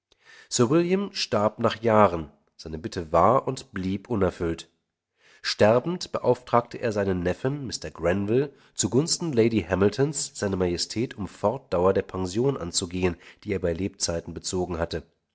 sir william starb nach jahren seine bitte war und blieb unerfüllt sterbend beauftragte er seinen neffen mr greville zugunsten lady hamiltons se majestät um fortdauer der pension anzugehen die er bei lebzeiten bezogen hatte